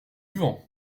vent